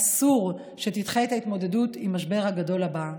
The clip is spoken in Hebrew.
אסור שתדחה את ההתמודדות עם המשבר הגדול הבא,